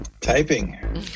Typing